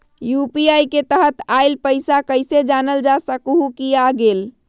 UPI के तहत आइल पैसा कईसे जानल जा सकहु की आ गेल?